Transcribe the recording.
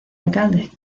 alcalde